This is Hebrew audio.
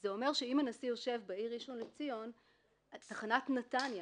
ב.לא יינתן צו הפסקה מנהלי,